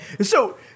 so-